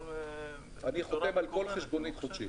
אני חותם על כל חשבונית חודשית.